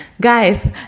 Guys